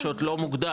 פשוט לא מוגדל,